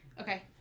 Okay